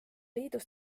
liidus